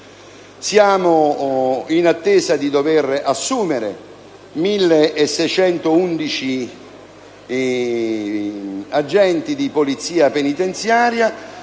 Siamo in attesa di assumere 1.611 agenti di Polizia penitenziaria.